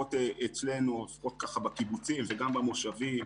לפחות אצלנו בקיבוצים וגם במושבים,